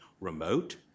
remote